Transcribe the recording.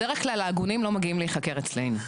בדרך כלל ההגונים לא מגיעים להיחקר אצלנו.